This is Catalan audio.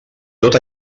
tot